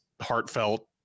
heartfelt